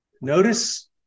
Notice